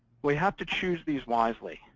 we have to choose these wisely.